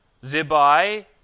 Zibai